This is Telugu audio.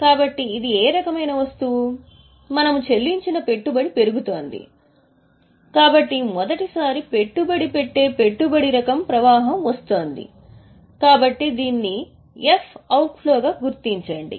కాబట్టి ఇది ఏ రకమైన వస్తువు మనము చెల్లించిన పెట్టుబడి పెరుగుతోంది మరియు పెట్టుబడి పెరిగింది కాబట్టి మొదటిసారి పెట్టుబడి పెట్టే పెట్టుబడి రకం ప్రవాహం వస్తోంది కాబట్టి దీన్ని అవుట్ఫ్లోగా గుర్తించండి